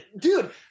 Dude